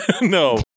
No